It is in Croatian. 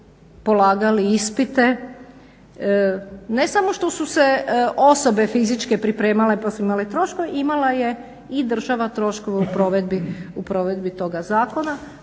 polagali ispite, ne samo što su se osobe fizičke pripremale pa su imali troškove, imala je i država troškove u provedbi toga zakona